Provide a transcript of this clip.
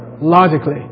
logically